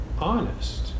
honest